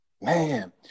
Man